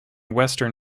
western